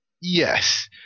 Yes